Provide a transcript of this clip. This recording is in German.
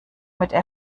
mit